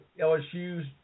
LSU's